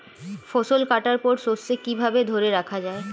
ফসল কাটার পর শস্য কিভাবে ধরে রাখা য়ায়?